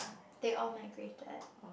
they all migrated